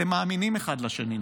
אתם מאמינים אחד לשני,